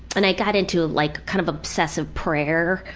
and i got into like, kind of obsessive prayer,